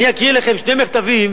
אני אקריא לכם שני מכתבים,